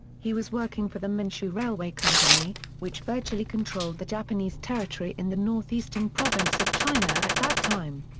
he was working for the manshu railway company, which virtually controlled the japanese territory in the north eastern province of china at that time.